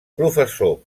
professor